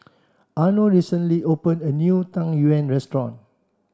Arno recently opened a new Tang Yuen restaurant